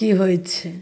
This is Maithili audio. कि होइ छै